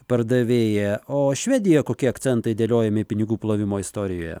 pardavėja o švedijoje kokie akcentai dėliojami pinigų plovimo istorijoje